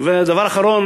והדבר האחרון,